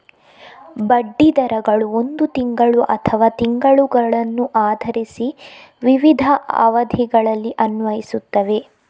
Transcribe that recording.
ಬಡ್ಡಿ ದರಗಳು ಒಂದು ತಿಂಗಳು ಅಥವಾ ದಿನಗಳನ್ನು ಆಧರಿಸಿ ವಿವಿಧ ಅವಧಿಗಳಲ್ಲಿ ಅನ್ವಯಿಸುತ್ತವೆ